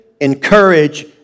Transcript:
encourage